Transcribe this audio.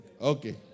Okay